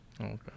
Okay